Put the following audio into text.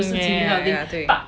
mm mm ya ya ya 对